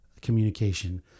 communication